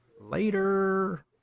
Later